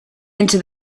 into